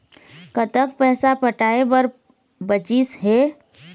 कतक पैसा पटाए बर बचीस हे?